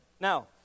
Now